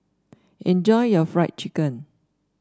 enjoy your Fried Chicken